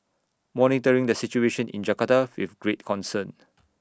monitoring the situation in Jakarta with great concern